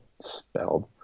spelled